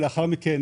ולאחר מכן